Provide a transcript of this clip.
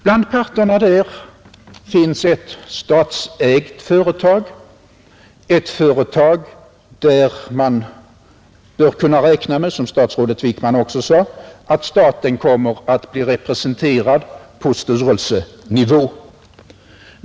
Bland parterna finns ett statsägt företag och ett företag där man, som statsrådet Wickman sade, bör kunna räkna med att staten kommer att bli representerad på styrelsenivå.